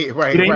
yeah right,